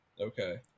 Okay